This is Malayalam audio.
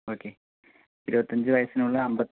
ഓക്കെ ഇരുപത്തഞ്ച് വയസ്സിനുള്ളിൽ അൻപത്